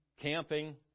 camping